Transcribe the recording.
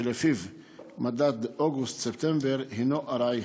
שלפיו מדד אוגוסט-ספטמבר הוא ארעי.